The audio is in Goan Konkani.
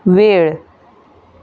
वेळ